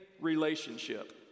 relationship